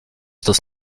das